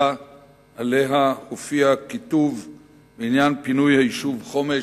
ועליה כיתוב בעניין פינוי היישוב חומש,